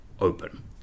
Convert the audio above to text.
open